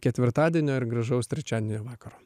ketvirtadienio ir gražaus trečiadienį vakaro